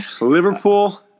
Liverpool